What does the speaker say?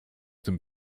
tym